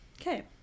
okay